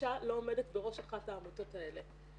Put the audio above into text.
אישה לא עומדת בראש אחת העמותות האלה.